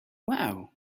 wow